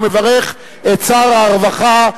ומברך את שר הרווחה,